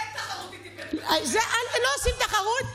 אין תחרות איתי, לא עושים תחרות,